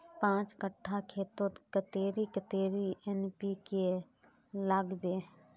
पाँच कट्ठा खेतोत कतेरी कतेरी एन.पी.के के लागबे?